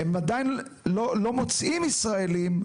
הם עדיין לא מוצאים ישראליים,